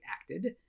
acted